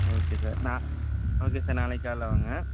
okay sir நான் okay sir நாளைக்கு காலைல வாங்க